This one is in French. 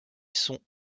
sont